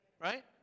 right